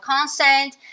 consent